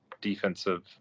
defensive